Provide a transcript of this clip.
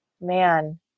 man